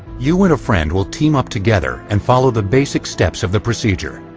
you and a friend will team up together and follow the basic steps of the procedure.